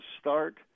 start